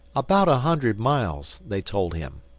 about a hundred miles, they told him.